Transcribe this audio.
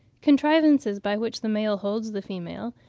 contrivances by which the male holds the female,